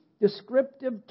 descriptive